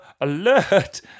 Alert